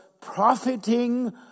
profiting